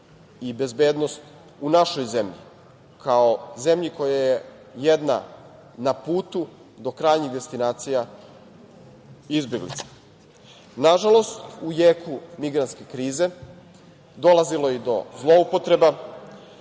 i bezbednost u našoj zemlji, kao zemlji koja je jedna na putu do krajnjih destinacija izbeglica. Nažalost, u jeku migrantske krize dolazilo je i do zloupotreba,